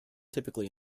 typically